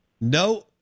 no